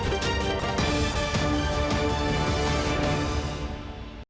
Дякую.